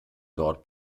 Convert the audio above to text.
dort